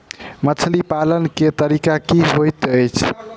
मछली पालन केँ तरीका की होइत अछि?